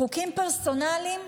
חוקים פרסונליים?